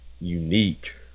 unique